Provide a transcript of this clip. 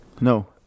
No